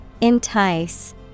Entice